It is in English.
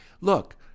look